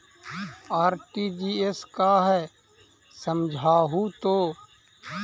RTGS का है समझाहू तो?